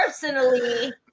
personally